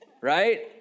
right